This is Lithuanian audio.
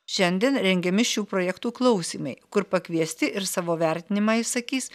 šiandien rengiami šių projektų klausymai kur pakviesti ir savo vertinimą išsakys